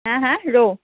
হা হা ৰৌ